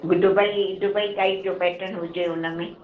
Dubai Dubai type जो pattern हुजे उनमें